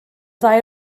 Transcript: ddau